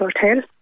hotel